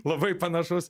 labai panašus